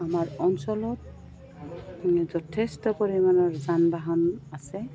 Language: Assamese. আমাৰ অঞ্চলত যথেষ্ট পৰিমাণৰ যান বাহন আছে